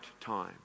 time